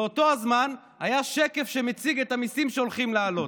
באותו הזמן היה שקף שמציג את המיסים שהולכים להעלות.